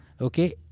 okay